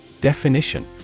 Definition